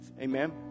amen